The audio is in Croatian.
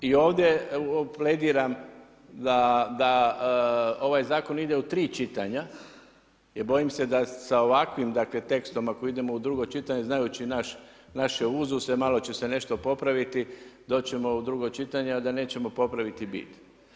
I ovdje plediram da ovaj zakon ide u tri čitanja, jer bojim se da sa ovakvim dakle tekstom ako idemo u drugo čitanje znajući naše uzuse, malo će se nešto popraviti, doći ćemo u drugo čitanje a da nećemo popraviti bit.